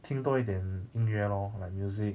听多一点音乐 lor like music